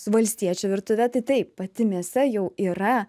su valstiečių virtuve tai taip pati mėsa jau yra